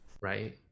right